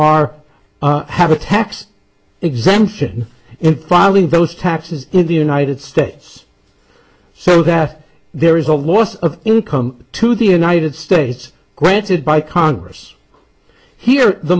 are have a tax exemption in filing those taxes in the united states so that there is a loss of income to the united states granted by congress here the